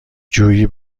جویی